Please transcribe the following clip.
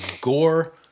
gore